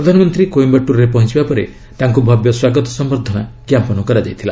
ପ୍ରଧାନମନ୍ତ୍ରୀ କୋଇୟାଟୁର୍ରେ ପହଞ୍ଚିବା ପରେ ତାଙ୍କୁ ଭବ୍ୟ ସ୍ୱାଗତ ସମ୍ଭର୍ଦ୍ଧନା ଜ୍ଞାପନ କରାଯାଇଥିଲା